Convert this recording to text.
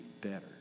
better